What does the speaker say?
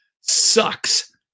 sucks